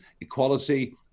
equality